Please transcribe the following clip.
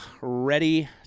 ready